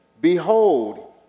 Behold